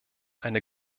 eine